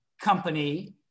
company